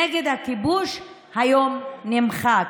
נגד הכיבוש, היום נמחק.